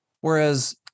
Whereas